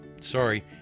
Sorry